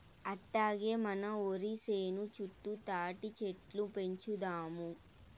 అట్టాగే మన ఒరి సేను చుట్టూ తాటిచెట్లు పెంచుదాము